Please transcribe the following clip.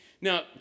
Now